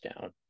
down